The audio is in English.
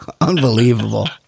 Unbelievable